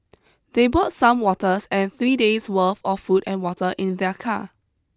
they brought some waters and three days' worth of food and water in their car